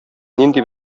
нинди